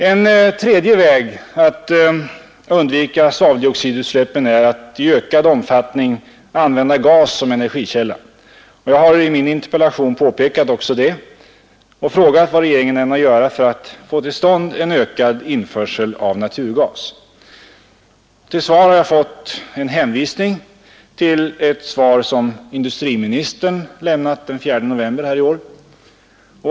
En tredje väg för att undvika svaveldioxidutsläppen är att i ökad omfattning använda gas som energikälla. Jag har i min interpellation påpekat också det och frågat vad regeringen ämnar göra för att få till stånd en ökad införsel av naturgas. Till svar har jag fått en hänvisning till ett svar som industriministern lämnade den 4 november i år.